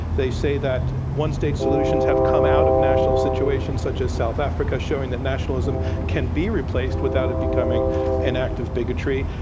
they say that one-states solutions have come out of national situations, such as south africa, showing that nationalism can be replaced without it becoming an act of bigotry.